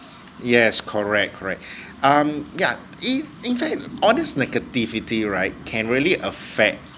yes correct correct um yeah in in fact all these negativity right can really affect